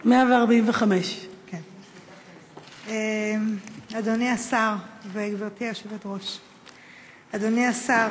145. גברתי היושבת-ראש, אדוני השר,